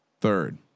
third